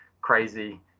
crazy